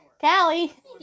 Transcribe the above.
Callie